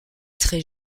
très